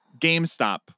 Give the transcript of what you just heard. GameStop